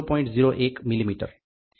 01 millimetre